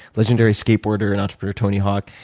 legendary skateboarder and entrepreneur tony hawk.